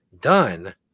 done